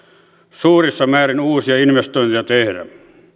suurissa määrin uusia investointeja tehdä